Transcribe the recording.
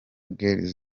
girls